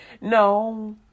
No